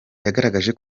yagaragaje